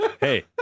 Hey